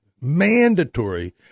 mandatory